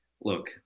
look